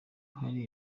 hari